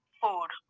food